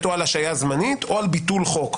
או על השהייה זמנית או על ביטול חוק.